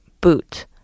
boot